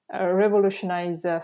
Revolutionize